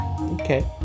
Okay